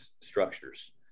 structures